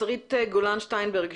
שרית גולן שטיינברג,